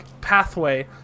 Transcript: pathway